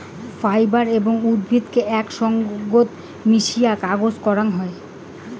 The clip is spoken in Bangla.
ফাইবার এবং উদ্ভিদকে আক সঙ্গত মিশিয়ে কাগজ করাং হই